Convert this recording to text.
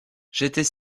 j’étais